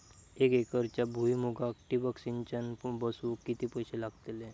एक एकरच्या भुईमुगाक ठिबक सिंचन बसवूक किती पैशे लागतले?